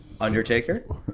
Undertaker